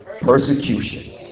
persecution